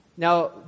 Now